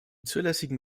zulässigen